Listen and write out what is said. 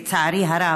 לצערי הרב,